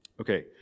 Okay